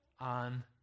on